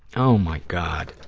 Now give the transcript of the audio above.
oh, my god.